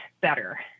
better